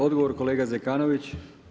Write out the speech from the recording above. Odgovor kolega Zekanović.